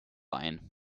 ein